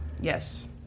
Yes